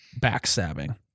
backstabbing